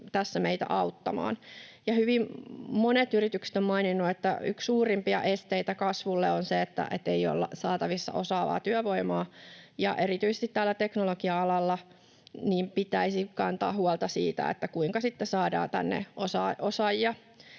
tässä meitä auttamaan. Hyvin monet yritykset ovat maininneet, että yksi suurimpia esteitä kasvulle on se, että ei ole saatavissa osaavaa työvoimaa ja erityisesti teknologian alalla pitäisi kantaa huolta siitä, kuinka saadaan tänne osaajia.